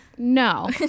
No